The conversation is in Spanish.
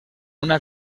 una